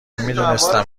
میدونستم